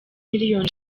miliyoni